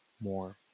more